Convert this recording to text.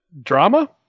drama